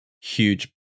huge